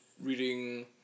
reading